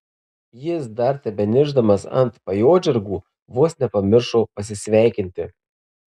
jis dar tebeniršdamas ant pajodžargų vos nepamiršo pasisveikinti